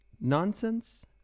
Nonsense